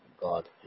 God